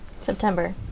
September